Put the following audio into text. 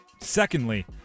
Secondly